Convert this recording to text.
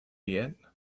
yet